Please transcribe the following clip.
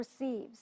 receives